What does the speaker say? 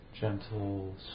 gentle